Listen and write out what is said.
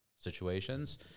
situations